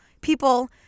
people